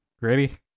Ready